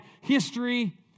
history